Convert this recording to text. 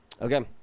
Okay